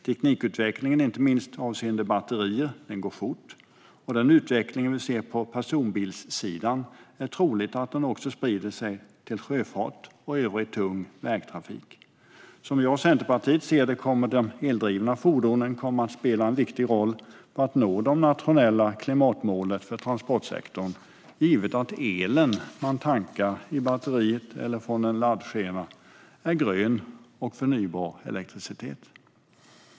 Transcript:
Teknikutvecklingen går fort, inte minst avseende batterier, och det är troligt att den utveckling vi ser på personbilssidan sprider sig även till sjöfart och övrig tung vägtrafik. Som jag och Centerpartiet ser det kommer de eldrivna fordonen att spela en viktig roll för att nå det nationella klimatmålet för transportsektorn, givet att den elektricitet man tankar i batteriet eller från en laddskena är grön och förnybar.